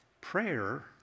Prayer